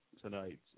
tonight